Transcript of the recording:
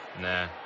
nah